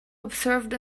observed